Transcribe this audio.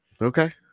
okay